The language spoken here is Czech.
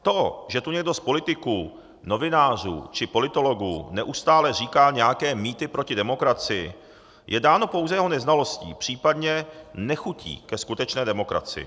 To, že tu někdo z politiků, novinářů či politologů neustále říká nějaké mýty proti demokracii, je dáno pouze jeho neznalostí, případně nechutí ke skutečné demokracii.